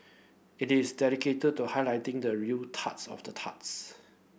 it is dedicated to highlighting the real turds of turds